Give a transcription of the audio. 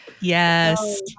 Yes